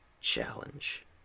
Challenge